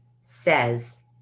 says